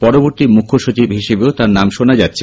পরবর্তী মুখ্যসচিব হিসেবেও তাঁর নাম শোনা যাচ্ছে